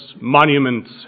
monuments